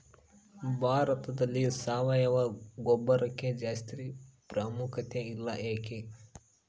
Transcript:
ಭಾರತದಲ್ಲಿ ಸಾವಯವ ಗೊಬ್ಬರಕ್ಕೆ ಜಾಸ್ತಿ ಪ್ರಾಮುಖ್ಯತೆ ಇಲ್ಲ ಯಾಕೆ?